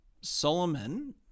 Solomon